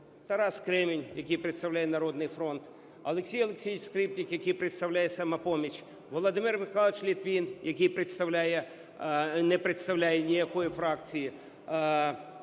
Тарас Кремінь, який представляє "Народний фронт", Олексій Олексійович Скрипник, який представляє "Самопоміч", Володимир Михайлович Литвин, який представляє… не представляє ніякої фракції,